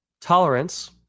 tolerance